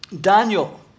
Daniel